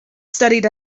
studied